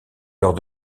lors